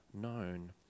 known